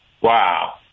Wow